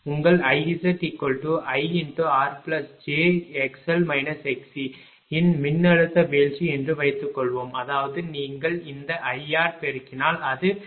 உங்கள் IZIrjxl xc இன் மின்னழுத்த வீழ்ச்சி என்று வைத்துக்கொள்வோம் அதாவது நீங்கள் இந்த Ir பெருக்கினால் அது jI